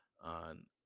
on